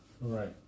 Right